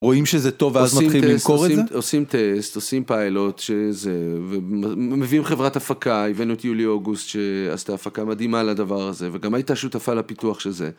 רואים שזה טוב ואז מתחילים למכור את זה? עושים טסט, עושים פיילוט, ומביאים חברת הפקה, הבאנו אתיולי-אוגוסט שעשתה הפקה מדהימה לדבר הזה, וגם הייתה שותפה לפיתוח של זה.